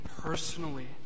personally